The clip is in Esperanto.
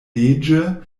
leĝe